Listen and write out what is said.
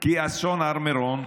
כי אסון הר מירון,